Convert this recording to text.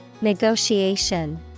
Negotiation